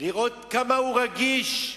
לראות כמה הוא רגיש,